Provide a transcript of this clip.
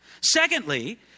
Secondly